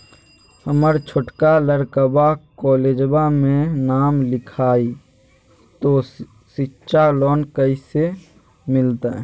हमर छोटका लड़कवा कोलेजवा मे नाम लिखाई, तो सिच्छा लोन कैसे मिलते?